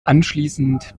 anschließend